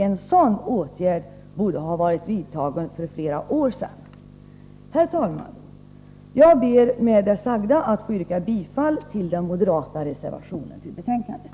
En sådan åtgärd borde ha varit vidtagen för flera år sedan. Herr talman! Jag ber att få yrka bifall till den moderata reservationen till betänkandet.